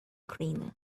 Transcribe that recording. cleaner